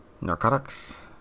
Narcotics